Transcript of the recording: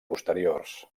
posteriors